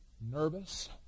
nervous